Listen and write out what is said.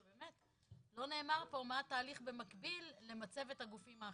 ולא נאמר פה מה התהליך במקביל למצבת הגופים האחרים.